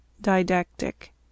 Didactic